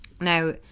Now